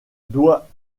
doit